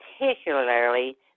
particularly